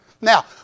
Now